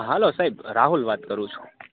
હાલો સાહેબ રાહુલ વાત કરું છું